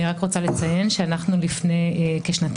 אני רק רוצה לציין שאנחנו כבר לפני שנתיים